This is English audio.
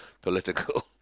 political